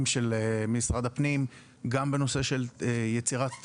של משרד הפנים גם בנושא של יצירת תקינה,